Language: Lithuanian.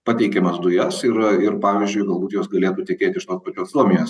pateikiamas dujas yra ir pavyzdžiui galbūt jos galėtų tekėti iš tos pačios suomijos